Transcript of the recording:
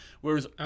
Whereas